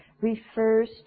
refers